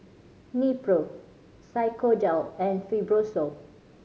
Nepro Physiogel and Fibrosol